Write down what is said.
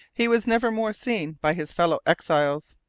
he was never more seen by his fellow-exiles.